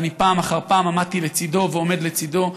אני פעם אחר פעם עמדתי לצידו ועומד לצידו.